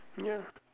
ya